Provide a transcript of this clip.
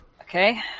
Okay